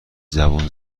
زبون